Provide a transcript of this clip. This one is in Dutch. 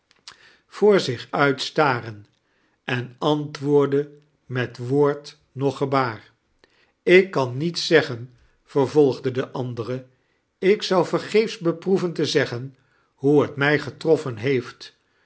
voor zicb uit staren en antwoordde met woord noch gebaar ik kan niet zeggen vervolgde de andere ik zou vergeefs beproeven te zeggen hoe t mij getroffen heeft